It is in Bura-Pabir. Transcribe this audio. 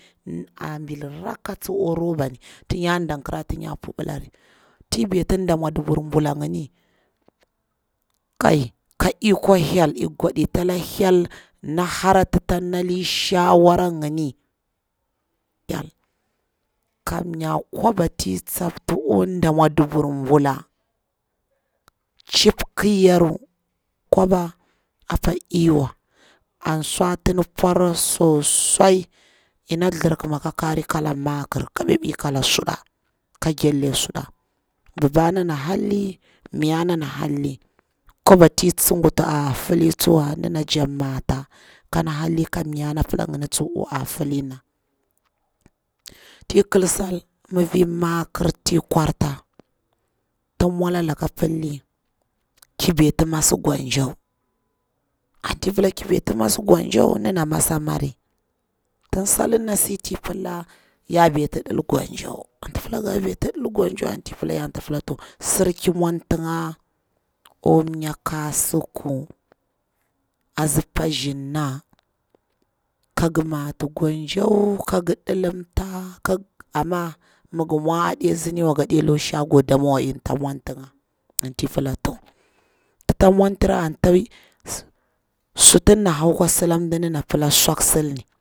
A bil rakka tsu akwa robani, tin ya dan kirari tin ya pubileri, ti beti nda mwadubur bwa ngini kai kai ikor hyel ik gwaditi ta la hyel na hara tita ni shawara ngini kamnya kwaba ti tsapta akwa nɗa mwadubur bula chip ƙiyaru kwaba apa eywa an swa tidi pwarra sosai, ina thlir kima ka kari kala makir, ɓaɓi kala suɗa, ka gelle suɗa. Babana ana halli, mayanna ana halli. Kwaba ti tsuguta a fili tsuwa dana jakti mata kon halli ka mayanna pila ngin tsu wa akwa a filina. Ti kil sal mafi makir ti kwarta, tin mwada laka pilli ƙi ɓeti masi gonjo, anti pila ki beti masa gonjo dana masa a mari, tin salina si ti pila ya beti dil gonjo anta pila nga beti dil gonjo anti pila ey anta pila to sir ki mwantinga akwa mnya kasuku atsi pazhina ka ngi mati gonjo ka ngi ɗilimta ka amma mi ngi mwa adesi nwa gaɗe lukwa shago damwawa inta mwanti nga anti pila to, titan mwantira antawi shti dana hau akwa sili binina sila swksni.